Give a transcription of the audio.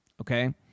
okay